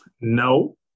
No